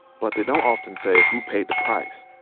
but they don't often say who paid the price.